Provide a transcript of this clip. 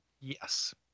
Yes